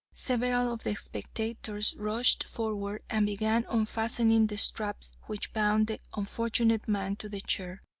several of the spectators rushed forward and began unfastening the straps which bound the unfortunate man to the chair,